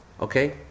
Okay